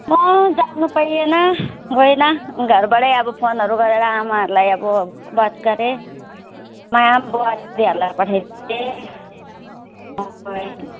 म जान पाइएन गइनँ घरबाटै अब फोनहरू गरेर आमाहरूलाई अब बात गरेँ बुहारीहरूलाई पठाइदिएँ